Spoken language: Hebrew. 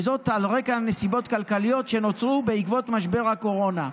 וזאת על רקע נסיבות כלכליות שנוצרו בעקבות משבר הקורונה.